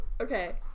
okay